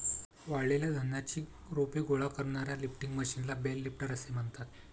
वाळलेल्या धान्याची रोपे गोळा करणाऱ्या लिफ्टिंग मशीनला बेल लिफ्टर असे म्हणतात